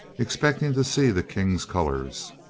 expecting to see the king's colors.